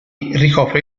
ricopre